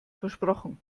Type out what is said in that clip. versprochen